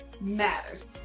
matters